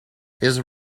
his